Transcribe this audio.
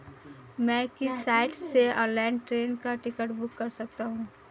मैं किस साइट से ऑनलाइन ट्रेन का टिकट बुक कर सकता हूँ?